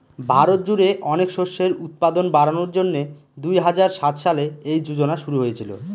ভারত জুড়ে অনেক শস্যের উৎপাদন বাড়ানোর জন্যে দুই হাজার সাত সালে এই যোজনা শুরু হয়েছিল